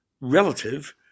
relative